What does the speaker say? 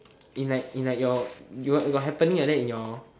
in like in like your you got got happening like that in your